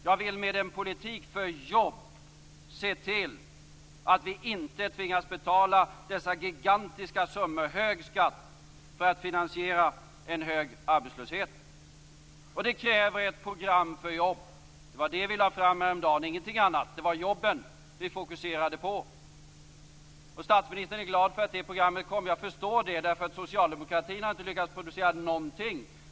Jag vill med en politik för jobb se till att vi inte tvingas betala dessa gigantiska summor i hög skatt för att finansiera en hög arbetslöshet. Det kräver ett program för jobb. Det var det vi lade fram häromdagen, ingenting annat. Det var jobben vi fokuserade på. Statsministern är glad för att det programmet kom, och jag förstår det. Socialdemokratin har ju inte lyckats producera någonting.